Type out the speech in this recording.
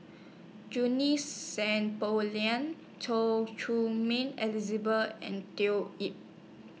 Junie Sng Poh Leng Choy Ming Elizabeth and Yip